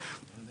מי?